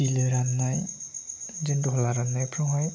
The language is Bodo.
बिलो राननाय बिदि दहला राननायफ्रावहाय